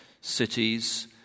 cities